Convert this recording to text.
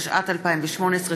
התשע"ט 2018,